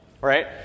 Right